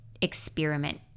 experiment